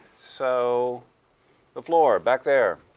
so the floor. back there.